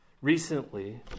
Recently